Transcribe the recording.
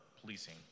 policing